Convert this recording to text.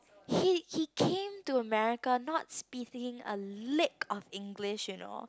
he he came to America not speaking a league of English you know